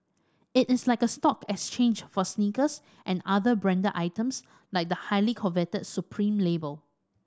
it is like a stock exchange for sneakers and other branded items like the highly coveted Supreme label